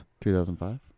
2005